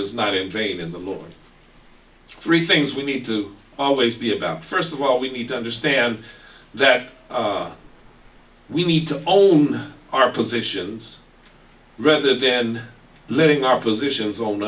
is not in vain and the lord three things we need to always be about first of all we need to understand that we need to own our positions rather than letting our positions o